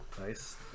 nice